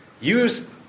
use